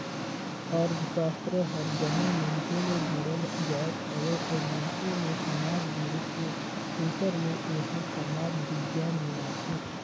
अर्थसास्त्र हर जम्मो मइनसे ले जुड़ल जाएत हवे अउ मइनसे ले समाज जुड़िस हे तेकर ले एहर समाज बिग्यान में आथे